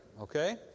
okay